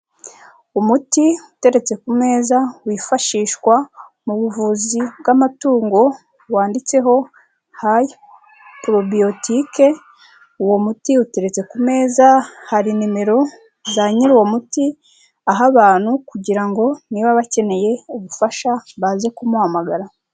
Umuti uteretse ku meza, wifashishwa mu buvuzi bw'amatungo wanditseho hayi porobiyotike, uwo muti uteretse ku meza, hari nimero za nyiri uwo muti aha abantu kugira ngo niba bakeneye, ubufasha baze kumuhamagara.